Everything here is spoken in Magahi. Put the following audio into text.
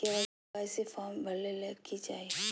के.वाई.सी फॉर्म भरे ले कि चाही?